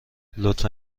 لطفا